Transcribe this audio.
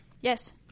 Yes